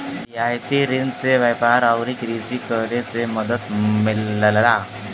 रियायती रिन से व्यापार आउर कृषि करे में मदद मिलला